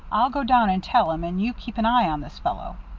i'll go down and tell him, and you keep an eye on this fellow.